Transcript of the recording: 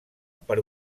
per